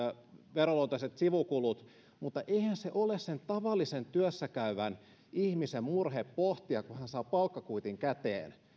veroluonteiset sivukulut mutta eihän se ole sen tavallisen työssä käyvän ihmisen murhe pohtia kun hän saa palkkakuitin käteen